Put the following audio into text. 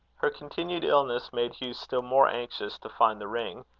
her continued illness made hugh still more anxious to find the ring,